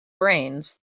brains